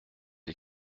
les